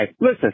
Listen